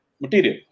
material